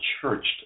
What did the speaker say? churched